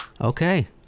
Okay